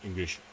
english